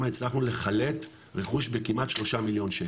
הצטרכנו לחלט רכוש בכמעט 3 מליון שקל.